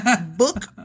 book